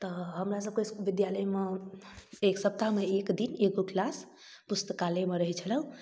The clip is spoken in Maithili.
तऽ हमरा सबके विद्यालयमे एक सप्ताहमे एक दिन एगो क्लास पुस्तकालयमे रहय छलऽ